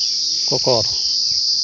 ᱠᱚᱠᱚᱨ